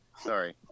sorry